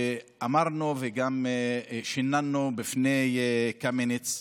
אמרנו וגם שיננו בפני קמיניץ: